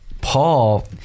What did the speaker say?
Paul